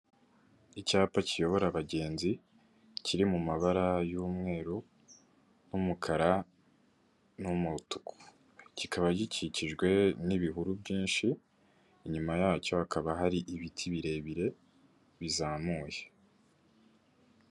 Icyapa kiyobora abagenzi kiri mu mabara y'umweru n'umukara n'umutuku kikaba gikikijwe n'ibihuru byinshi inyuma yacyo hakaba hari ibiti birebire bizamuye.